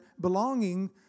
belonging